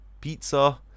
Pizza